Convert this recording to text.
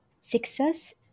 Success